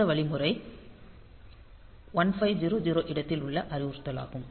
அடுத்த வழிமுறை 1500 இடத்தில் உள்ள அறிவுறுத்தலாகும்